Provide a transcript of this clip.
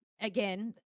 again